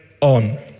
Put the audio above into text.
on